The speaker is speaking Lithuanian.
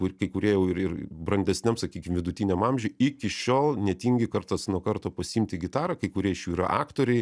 kur kai kurie jau ir ir brandesniam sakykim vidutiniam amžiuj iki šiol netingi kartas nuo karto pasiimti gitarą kai kurie iš jų yra aktoriai